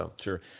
Sure